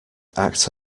act